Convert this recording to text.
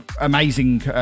amazing